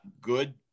good